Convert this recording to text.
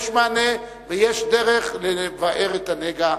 יש מענה ויש דרך לבער את הנגע.